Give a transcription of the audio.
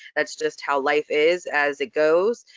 that's just how life is, as it goes,